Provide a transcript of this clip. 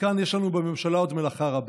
וכאן יש לנו בממשלה עוד מלאכה רבה.